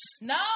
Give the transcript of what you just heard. No